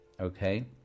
okay